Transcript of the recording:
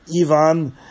Ivan